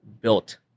built